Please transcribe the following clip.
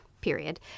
period